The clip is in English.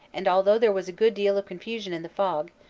and although there was a good deal of confusion in the fog,